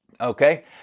Okay